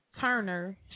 Turner